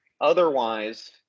Otherwise